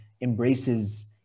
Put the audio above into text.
embraces